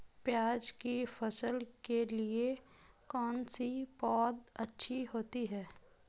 प्याज़ की फसल के लिए कौनसी पौद अच्छी होती है?